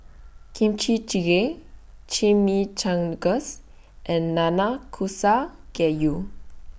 Kimchi Jjigae Chimichangas and Nanakusa Gayu